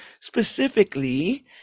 specifically